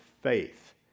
faith